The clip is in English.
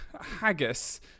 Haggis